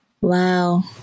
Wow